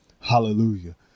Hallelujah